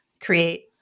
create